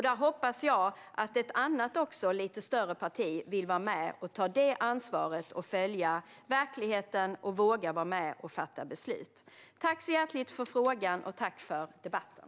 Jag hoppas att ett annat lite större parti vill vara med och ta detta ansvar, följa verkligheten och våga vara med och fatta beslut. Tack så hjärtligt för frågan och debatten!